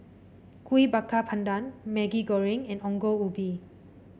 Kuih Bakar Pandan Maggi Goreng and Ongol Ubi